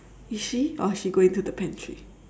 is she or she going to the pantry